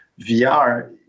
VR